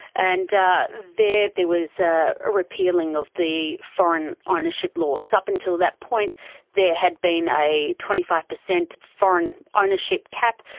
and ah there there was ah a repealing of the foreign ownership laws. up until that point there had been a twenty five percent foreign ownership cap,